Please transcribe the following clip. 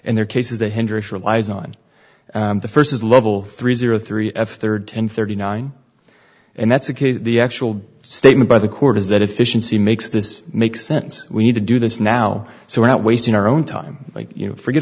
and their cases the hindraf relies on the first as level three zero three third ten thirty nine and that's the case the actual statement by the court is that efficiency makes this make sense we need to do this now so we're not wasting our own time you know forget